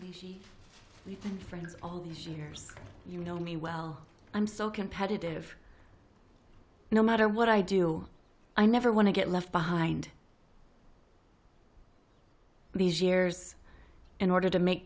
you've been friends all these years you know me well i'm so competitive no matter what i do i never want to get left behind these years in order to make